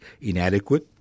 inadequate